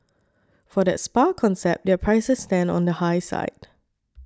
for that spa concept their prices stand on the high side